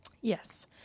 Yes